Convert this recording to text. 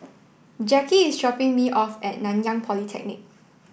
Jacki is dropping me off at Nanyang Polytechnic